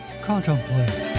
Contemplate